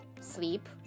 sleep